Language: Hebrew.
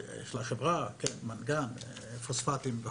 מנגן, פוספטים,